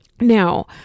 Now